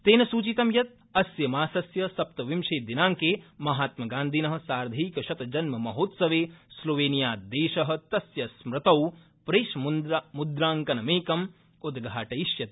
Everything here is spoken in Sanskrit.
तेन सूचितं यत् अस्य मासस्य सप्तविंशे दिनांके महात्म गान्धिन सार्द्धेकशततम जन्ममहोत्सवे स्लोवेनियादेश तस्य स्मृतौ प्रष्टीमुद्रांकनमेक म्द्वाटयिष्यति